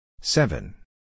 Seven